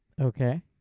Okay